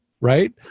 right